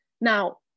Now